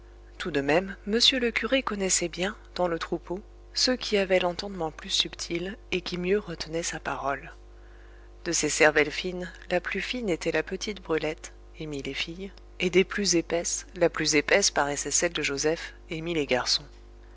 tout de même monsieur le curé connaissait bien dans le troupeau ceux qui avaient l'entendement plus subtil et qui mieux retenaient sa parole de ces cervelles fines la plus fine était la petite brulette emmi les filles et des plus épaisses la plus épaisse paraissait celle de joseph emmi les garçons